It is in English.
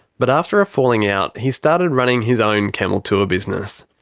but after a falling out, he started running his own camel tour business.